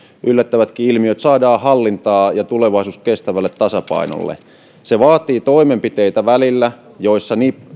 yllättävätkin ilmiöt saadaan hallintaan ja tulevaisuus kestävälle tasapainolle se vaatii välillä toimenpiteitä joissa